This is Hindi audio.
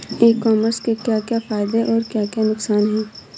ई कॉमर्स के क्या क्या फायदे और क्या क्या नुकसान है?